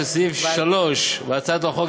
שסעיף 3 בהצעת החוק,